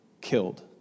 killed